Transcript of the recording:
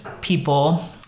people